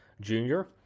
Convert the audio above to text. junior